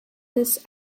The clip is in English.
this